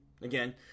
again